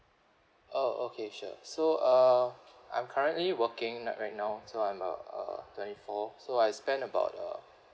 oh okay sure so uh I'm currently working right right now so I'm a uh twenty four so I spend about uh